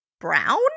brown